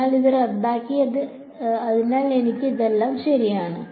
അതിനാൽ ഇത് റദ്ദാക്കി അതിനാൽ എനിക്ക് ഇതെല്ലാം ശരിയാണ്